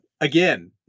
again